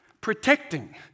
protecting